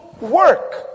work